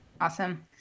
Awesome